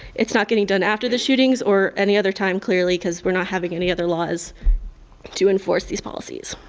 it's not getting done after the shootings or any other time clearly because we're not having any other laws to enforce these policies.